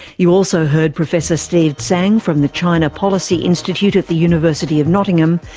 you also heard professor steve tsang from the china policy institute at the university of nottingham,